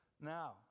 now